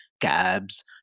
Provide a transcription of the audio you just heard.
cabs